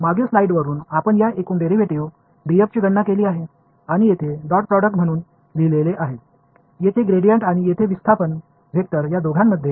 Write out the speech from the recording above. मागील स्लाइडवरून आपण या एकूण डेरिव्हेटिव्ह df ची गणना केली आहे आणि येथे डॉट प्रॉडक्ट म्हणून लिहिलेले आहे येथे ग्रेडीयंट आणि येथे विस्थापन वेक्टर या दोघांमध्ये